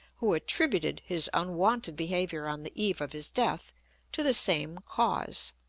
who attributed his unwonted behaviour on the eve of his death to the same cause.